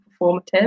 performative